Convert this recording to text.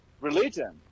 religion